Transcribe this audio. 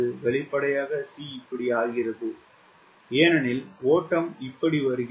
வெளிப்படையாக C இப்படி ஆகிறது ஏனெனில் ஓட்டம் இப்படி வருகிறது